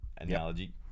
analogy